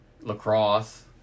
lacrosse